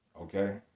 okay